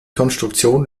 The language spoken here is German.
konstruktion